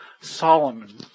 Solomon